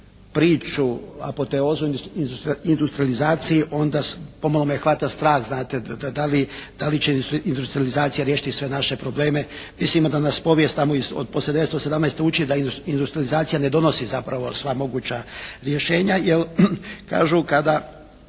priču apoteozu industrijalizacije onda pomalo me hvata strah znate da li će industrijalizacija riješiti sve naše probleme. Mislimo da nas povijest tamo od poslije 917. uči da industrijalizacija ne donosi zapravo sva moguća rješenja jer kažu kada,